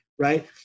Right